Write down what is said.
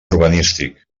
urbanístic